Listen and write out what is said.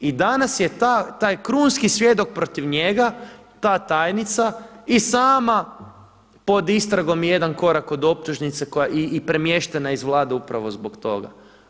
I danas je taj krunski svjedok protiv njega, ta tajnica i sama pod istragom i jedan korak od optužnice i premještena iz Vlade upravo zbog toga.